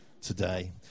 today